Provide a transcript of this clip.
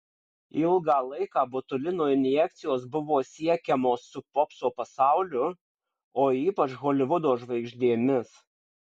ilgą laiką botulino injekcijos buvo siekiamos su popso pasauliu o ypač holivudo žvaigždėmis